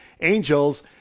angels